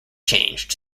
changed